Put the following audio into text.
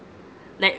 like